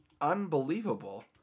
unbelievable